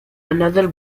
another